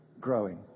growing